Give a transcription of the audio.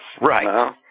Right